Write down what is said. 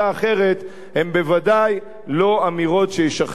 אלה בוודאי לא אמירות שישכנעו את העם.